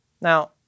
Now